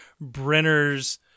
Brenner's